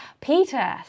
Peter